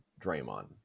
Draymond